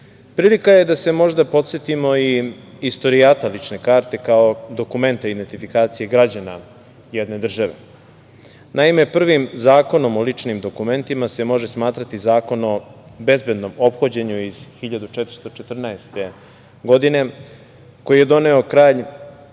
isprava. Prilika je da se možda podsetimo i istorijata lične karte, kao dokumenta identifikacije građana jedne države. Naime, prvim zakonom o ličnim dokumentima se može smatrati zakon o bezbednom ophođenju iz 1414. godine, koji je doneo kralj